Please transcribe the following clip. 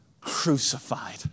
crucified